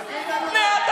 בסוריה יש שוויון.